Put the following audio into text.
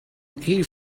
eighty